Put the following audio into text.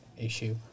issue